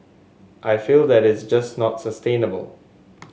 I feel that is just not sustainable